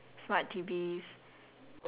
like how you say the whole place is like